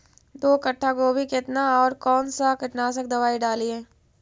दो कट्ठा गोभी केतना और कौन सा कीटनाशक दवाई डालिए?